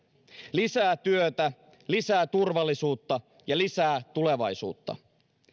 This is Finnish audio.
lisää työtä lisää turvallisuutta ja lisää tulevaisuutta